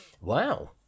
Wow